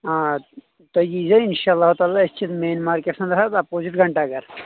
آ تُہۍ یی زیو انشاء اللہُ تعالٰی اسہِ چھِ مین مارکٹس منٛز حظ اپوزٹ گھنٹا گر